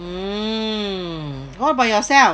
mm what about yourself